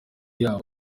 yabo